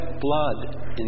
blood